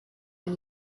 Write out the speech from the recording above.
ein